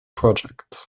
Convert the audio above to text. project